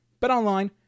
BetOnline